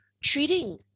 treating